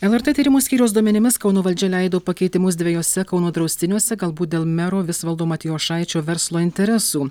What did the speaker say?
lrt tyrimų skyriaus duomenimis kauno valdžia leido pakeitimus dviejuose kauno draustiniuose galbūt dėl mero visvaldo matijošaičio verslo interesų